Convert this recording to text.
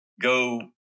go